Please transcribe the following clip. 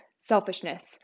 selfishness